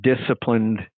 disciplined